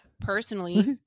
personally